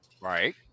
Right